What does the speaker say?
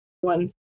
one